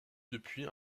depuis